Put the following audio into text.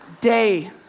day